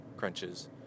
crunches